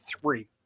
three